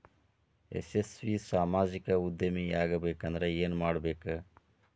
ಯಶಸ್ವಿ ಸಾಮಾಜಿಕ ಉದ್ಯಮಿಯಾಗಬೇಕಂದ್ರ ಏನ್ ಮಾಡ್ಬೇಕ